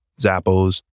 zappos